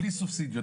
בלי סובסידיות,